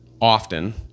often